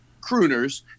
crooners